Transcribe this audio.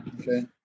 Okay